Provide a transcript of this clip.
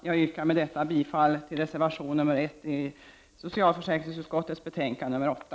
Med detta yrkar jag bifall till reservation 1 i socialförsäkringsutskottets betänkande 8.